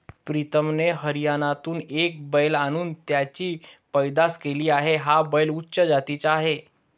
प्रीतमने हरियाणातून एक बैल आणून त्याची पैदास केली आहे, हा बैल उच्च जातीचा आहे